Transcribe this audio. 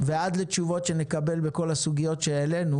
ועד לקבלת התשובות נקבל בכל הסוגיות שהעלינו